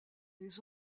les